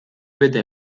bete